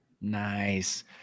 Nice